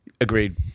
Agreed